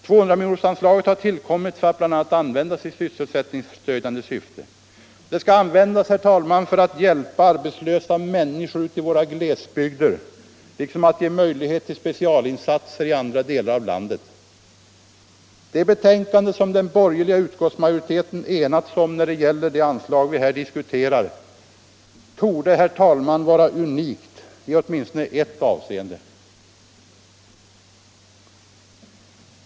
200-miljonersanslaget har tillkommit för att bl.a. användas i sysselsättningsstödjande syfte. Det skall användas, herr talman, för att hjälpa arbetslösa människor ute i våra glesbygder liksom för att ge möjlighet till specialinsatser i andra delar av landet. Det betänkande som den borgerliga utskottsmajoriteten enats om när det gäller det anslag vi här diskuterar torde, herr talman, vara unikt i åtminstone ett avseende.